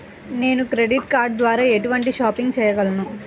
నేను credit card ద్వార ఎటువంటి షాపింగ్ చెయ్యగలను?